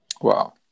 Wow